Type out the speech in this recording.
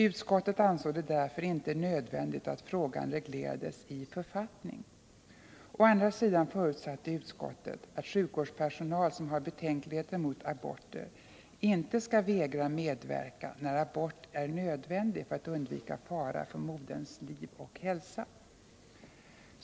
Utskottet ansåg det därför inte nödvändigt att frågan reglerades i författning. Å andra sidan förutsatte utskottet att sjukvårdspersonal som har betänkligheter mot aborter inte skall vägra medverka när abort är nödvändig för att undvika fara för moderns liv och hälsa.